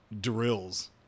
drills